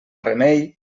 remei